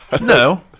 No